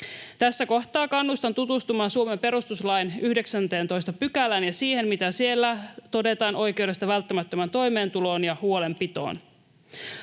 Tässä kohtaa kannustan tutustumaan Suomen perustuslain 19 §:ään ja siihen, mitä siellä todetaan oikeudesta välttämättömään toimeentuloon ja huolenpitoon.